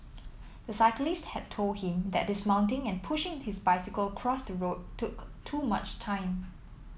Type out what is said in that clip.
the cyclist had told him that dismounting and pushing his bicycle across the road took too much time